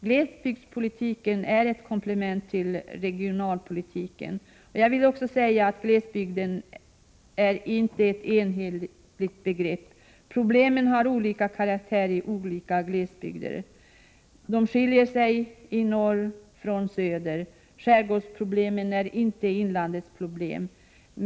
Glesbygdspolitiken är ett komplement till regionalpolitiken. Glesbygden är inget enhetligt begrepp. Problemen har olika karaktär i olika glesbygder. De i norr skiljer sig från dem i söder. Skärgårdens problem är inte desamma som inlandets.